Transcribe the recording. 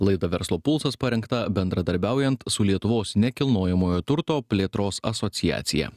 laida verslo pulsas parengta bendradarbiaujant su lietuvos nekilnojamojo turto plėtros asociacija